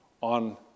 on